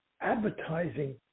advertising